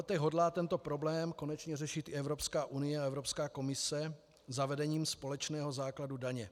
Po letech hodlá tento problém konečně řešit i Evropská unie a Evropská komise zavedením společného základu daně.